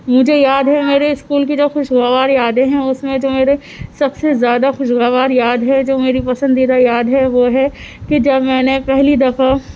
مجھے یاد ہے میرے اسکول کی جو خوشگوار یادیں ہیں اس میں جو میرے سب سے زیادہ خوشگوار یاد ہے جو میری پسندیدہ یاد ہے وہ ہے کہ جب میں نے پہلی دفعہ